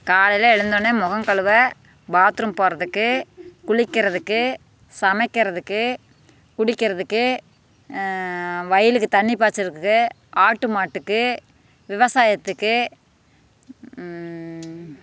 காலையில் எழுந்தோனே முகம் கழுவ பாத்ரூம் போகிறதுக்கு குளிக்கிறதுக்கு சமைக்கிறதுக்கு குடிக்கிறதுக்கு வயலுக்கு தண்ணி பாய்ச்சிறதுக்கு ஆட்டு மாட்டுக்கு விவசாயத்துக்கு